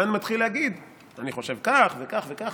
המן מתחיל להגיד: אני חושב כך וכך וכך,